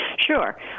Sure